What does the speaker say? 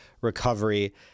recovery